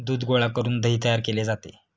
दूध गोळा करून दही तयार केले जाते